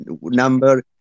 number